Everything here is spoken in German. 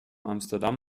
amsterdam